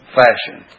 fashion